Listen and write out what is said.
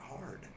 hard